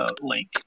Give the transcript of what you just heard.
link